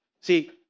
See